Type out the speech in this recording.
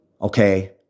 Okay